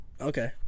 Okay